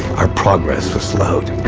our progress was slowed.